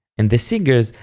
and the singers,